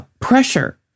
pressure